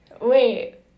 Wait